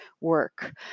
work